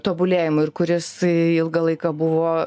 tobulėjimui ir kuris ilgą laiką buvo